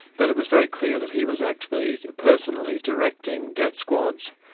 but it was very clear that he was actually personally directing death squads,